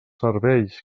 serveis